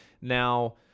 now